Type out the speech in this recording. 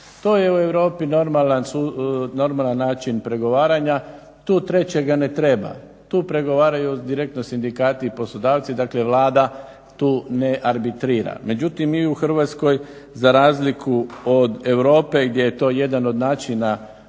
To je u Europi normalan način pregovaranja, tu trećega ne treba. tu pregovaraju direktno sindikati i poslodavci, dakle Vlada tu ne arbitrira. Međutim mi u Hrvatskoj za razliku od Europe gdje je to jedan od načina